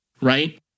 Right